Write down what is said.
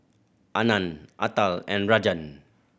Anand Atal and Rajan